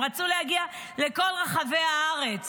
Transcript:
הם רצו להגיע לכל רחבי הארץ